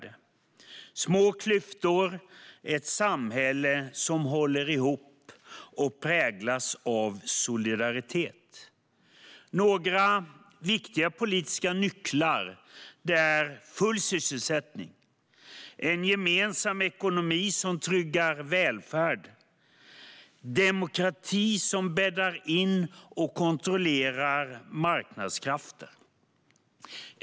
Det är små klyftor och ett samhälle som håller ihop och präglas av solidaritet. Några viktiga politiska nycklar är full sysselsättning, en gemensam ekonomi som tryggar välfärd och demokrati som bäddar in och kontrollerar marknadskrafter.